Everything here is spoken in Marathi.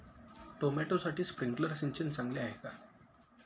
टोमॅटोसाठी स्प्रिंकलर सिंचन चांगले आहे का?